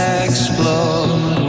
explode